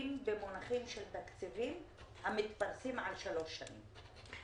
במונחים של תקציבים שמתפרסים על שלוש שנים.